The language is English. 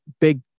big